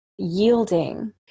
yielding